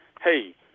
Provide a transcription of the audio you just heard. hey